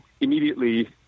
immediately